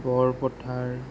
Borpathar